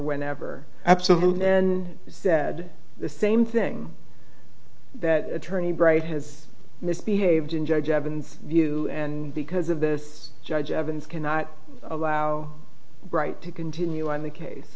whenever absolutely then said the same thing that attorney bright has misbehaved in judge evans view and because of this judge evans cannot allow brite to continue on the case